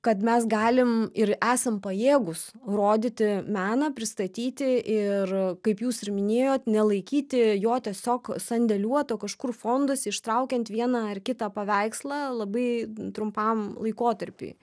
kad mes galim ir esam pajėgūs rodyti meną pristatyti ir kaip jūs ir minėjot nelaikyti jo tiesiog sandėliuoto kažkur fonduose ištraukiant vieną ar kitą paveikslą labai trumpam laikotarpiui